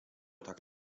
tak